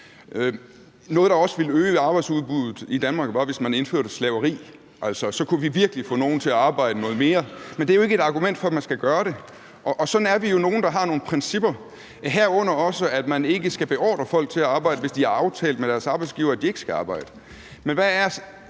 Noget, der også ville øge arbejdsudbuddet i Danmark, var, hvis man indførte slaveri. Så kunne vi virkelig få nogle til at arbejde noget mere, men det er jo ikke et argument for, at man skal gøre det, og sådan er vi jo nogle, der har nogle principper, herunder også at man ikke skal beordre folk til at arbejde, hvis de har aftalt med deres arbejdsgiver, at de ikke skal arbejde.